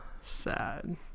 Sad